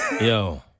Yo